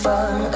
Far